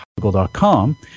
Google.com